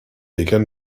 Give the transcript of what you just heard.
again